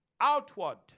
outward